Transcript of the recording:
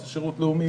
עושה שירות לאומי,